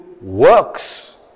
works